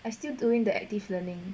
I still doing the active learning